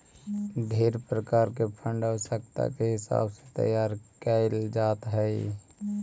ढेर प्रकार के फंड आवश्यकता के हिसाब से तैयार कैल जात हई